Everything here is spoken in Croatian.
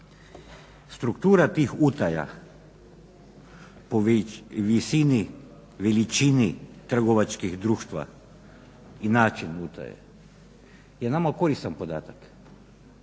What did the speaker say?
Struktura tih utaja po visin, veličini trgovačkih društva i način utaje je nama koristan podatak